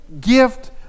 gift